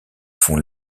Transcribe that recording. font